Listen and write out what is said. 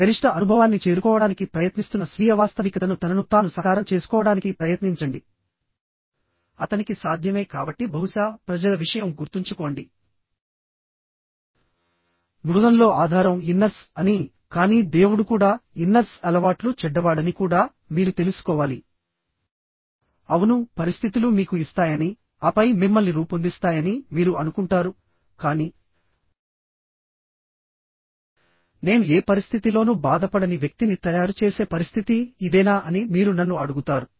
ఆ గరిష్ట అనుభవాన్ని చేరుకోవడానికి ప్రయత్నిస్తున్న స్వీయ వాస్తవికతను తనను తాను సాకారం చేసుకోవడానికి ప్రయత్నించండి అతనికి సాధ్యమే కాబట్టి బహుశా ప్రజల విషయం గుర్తుంచుకోండి మృగం లో ఆధారం ఇన్నర్స్ అని కానీ దేవుడు కూడా ఇన్నర్స్ అలవాట్లు చెడ్డవాడని కూడా మీరు తెలుసుకోవాలి అవును పరిస్థితులు మీకు ఇస్తాయనిఆపై మిమ్మల్ని రూపొందిస్తాయని మీరు అనుకుంటారుకానీ నేను ఏ పరిస్థితిలోనూ బాధపడని వ్యక్తిని తయారు చేసే పరిస్థితి ఇదేనా అని మీరు నన్ను అడుగుతారు